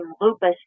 lupus